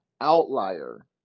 outlier